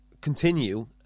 continue